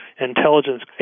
intelligence